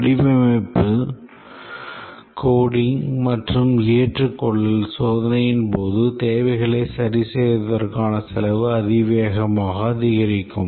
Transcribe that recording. வடிவமைப்பு நிரலாக்க மற்றும் ஏற்றுக்கொள்ளல் சோதனையின் போது தேவைகளை சரிசெய்வதற்கான செலவு அதிவேகமாக அதிகரிக்கும்